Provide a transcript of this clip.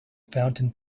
fountain